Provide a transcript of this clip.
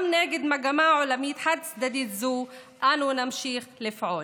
גם נגד מגמה עולמית חד-צדדית זו אנו נמשיך לפעול.